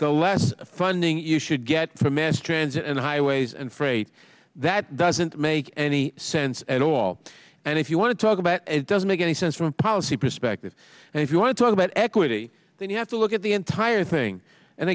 the less funding you should get from mass transit and highways and freight that doesn't make any sense at all and if you want to talk about it doesn't make any sense from a policy perspective and if you want to talk about equity then you have to look at the entire thing and